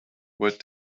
what